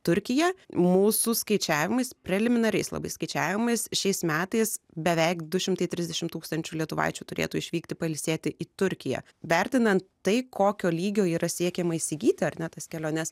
turkija mūsų skaičiavimais preliminariais labai skaičiavimais šiais metais beveik du šimtai trisdešimt tūkstančių lietuvaičių turėtų išvykti pailsėti į turkiją vertinant tai kokio lygio yra siekiama įsigyti ar ne tas keliones